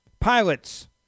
Pilots